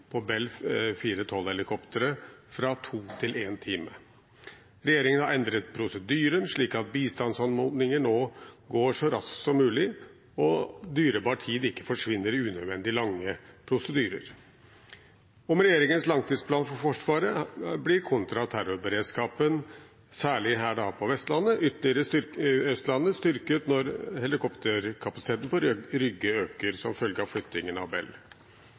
på Bell 412-helikopteret fra to timer til én time. Regjeringen har endret prosedyren, slik at bistandsanmodninger nå går så raskt som mulig og dyrebar tid ikke forsvinner i unødvendig lange prosedyrer. Med regjeringens langtidsplan for Forsvaret blir kontraterrorberedskapen, særlig på Østlandet, ytterligere styrket når helikopterkapasiteten på Rygge øker som følge av flyttingen av Bell.